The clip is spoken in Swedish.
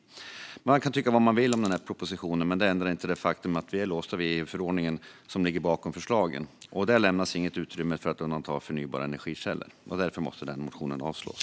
Man kan tycka vad man vill om denna proposition, men det ändrar inte det faktum att vi är låsta vid den EU-förordning som ligger bakom förslagen. Där lämnas inget utrymme att undanta förnybara energikällor, och därför måste motionen avslås.